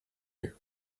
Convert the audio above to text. you